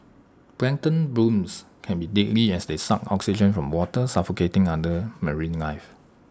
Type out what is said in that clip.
plankton blooms can be deadly as they suck oxygen from water suffocating other marine life